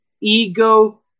ego